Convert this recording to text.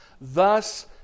Thus